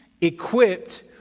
equipped